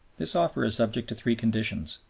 this offer is subject to three conditions.